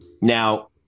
Now